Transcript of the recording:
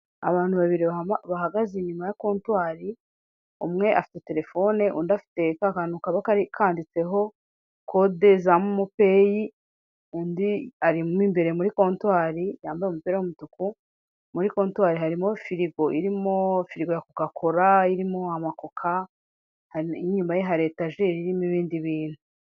Abantu babiri bahageze inyuma ya kontwari umwe afite terefone, undi afite ka kantu kaba kanditseho kode za momo peyi, undi arimo imbere muri kontwari yambaye umupira w'umutuku. Muri kontwari harimo firigo irimo firigo ya kokakora irimo amakoka, n'inyuma ye hari etajeri irimo ibindi bintu.